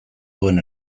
duen